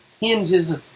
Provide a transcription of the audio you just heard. hinges